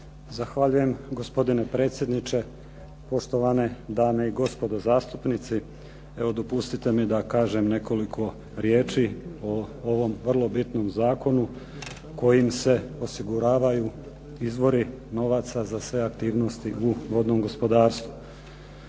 Zahvaljujem. Gospodine predsjedniče, poštovane dame i gospodo zastupnici. Evo dopustite mi da kažem nekoliko riječi o ovom vrlo bitnom zakonu kojim se osiguravaju izvori novaca za sve aktivnosti u vodnom gospodarstvu.